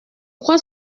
crois